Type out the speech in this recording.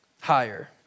higher